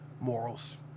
morals